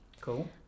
Cool